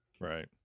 right